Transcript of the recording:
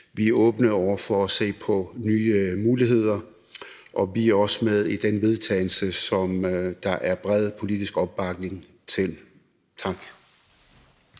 vi er åbne over for at se på nye muligheder, og vi er også med i det forslag til vedtagelse, som der er bred politisk opbakning til. Tak.